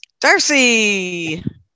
Darcy